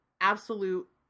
absolute